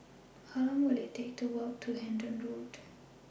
How Long Will IT Take to Walk to Hendon Road